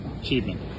achievement